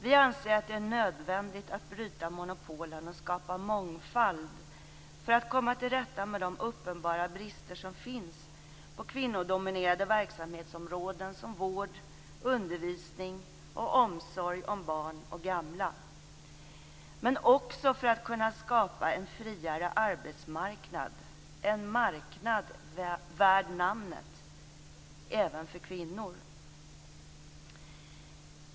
Vi anser att det är nödvändigt att bryta monopolen och skapa mångfald för att komma till rätta med de uppenbara brister som finns på kvinnodominerade verksamhetsområden som vård, undervisning och omsorg om barn och gamla, men också för att kunna skapa en friare arbetsmarknad - en marknad värd namnet - även för kvinnor.